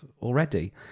already